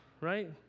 right